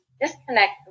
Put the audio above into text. disconnect